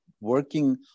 working